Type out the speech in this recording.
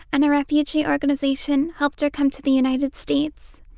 and a refugee organization helped her come to the united states.